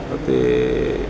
ਅਤੇ